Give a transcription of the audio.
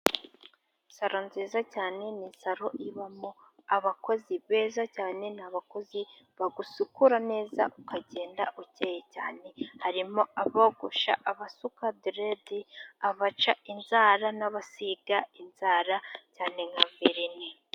Salo nziza cyane ni salo ibamo abakozi beza cyane ,ni abakozi bagusukura neza ukagenda ukeye cyane harimo:abogosha, abasuka deredi, abaca inzara, n'abasiga inzara cyane nka velini.